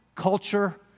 culture